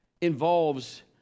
involves